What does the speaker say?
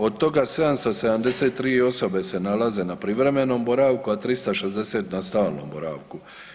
Od toga 773 osobe se nalaze na privremenom boravku, a 360 na stalnom boravku.